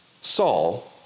Saul